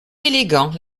élégant